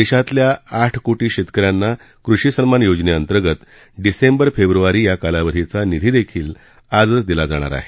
देशातल्या आठ कोटी शेतकऱ्यांना कृषी सन्मान योजनेअंतर्गत डिसेंबर फेब्रुवारी या कालावधीचा निधी देखील आजच दिला जाणार आहे